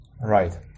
Right